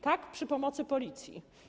Tak, przy pomocy policji.